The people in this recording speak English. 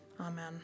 Amen